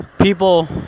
people